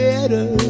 Better